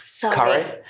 Curry